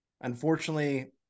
unfortunately